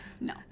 No